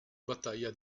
battaglia